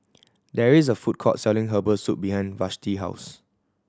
there is a food court selling herbal soup behind Vashti house